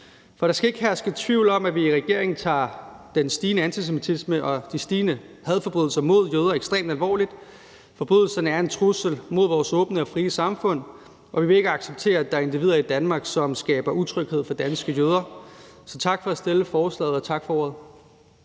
For der skal ikke herske tvivl om, at vi i regeringen tager den stigende antisemitisme og de stigende hadforbrydelser mod jøder ekstremt alvorligt. Forbrydelserne er en trussel mod vores åbne og frie samfund, og vi vil ikke acceptere, at der er individer i Danmark, som skaber utryghed for danske jøder. Så tak for at fremsætte forslaget, og tak for ordet.